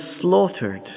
slaughtered